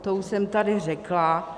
To už jsem tady řekla.